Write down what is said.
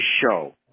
show